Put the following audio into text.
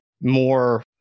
more